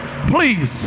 please